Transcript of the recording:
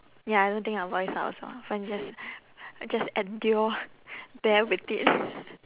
ya I don't think I'll voice out also fine just just endure bear with it